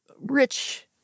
rich—